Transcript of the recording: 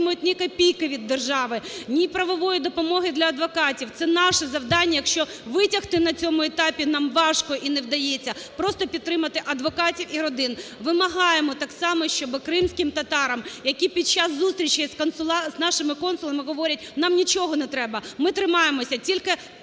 ні копійки від держави, ні правової допомоги для адвокатів. Це наше завдання. Якщо витягти на цьому етапі нам важко і не вдається, просто підтримати адвокатів і родин. Вимагаємо так само, щоби кримським татарам, які під час зустрічі з нашими консулами говорять, нам нічого не треба, ми тримаємося, тільки допоможіть